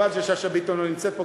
נא לא להפריע.